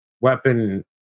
weapon